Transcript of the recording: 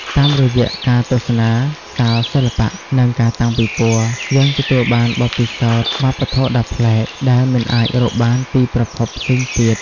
តាមរយៈការទស្សនាសាលសិល្បៈ និងការតាំងពិពណ៌ យើងទទួលបានបទពិសោធន៍វប្បធម៌ដ៏ប្លែក ដែលមិនអាចរកបានពីប្រភពផ្សេងទៀត។